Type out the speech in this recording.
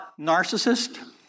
narcissist